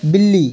बिल्ली